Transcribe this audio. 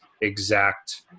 exact